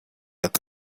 had